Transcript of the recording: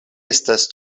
estas